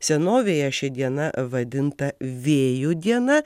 senovėje ši diena vadinta vėjų diena